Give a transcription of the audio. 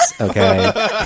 okay